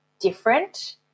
different